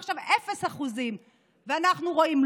עכשיו 0%. ואנחנו רואים,